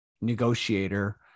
negotiator